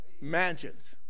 mansions